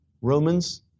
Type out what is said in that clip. Romans